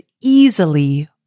easily